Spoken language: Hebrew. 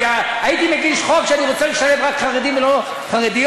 הייתי מגיש חוק שאני רוצה לשלב רק חרדים ולא חרדיות?